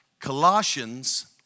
Colossians